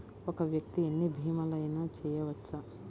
ఒక్క వ్యక్తి ఎన్ని భీమలయినా చేయవచ్చా?